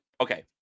okay